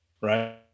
Right